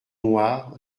noire